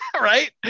Right